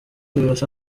birasa